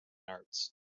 arts